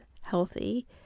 healthy